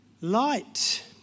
Light